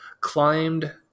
climbed